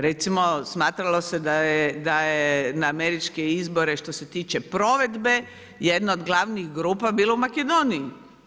Recimo smatralo se da je na američke izbore što se tiče provedbe jedno od glavnih grupa bilo u Makedoniji.